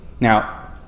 Now